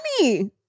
money